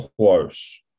close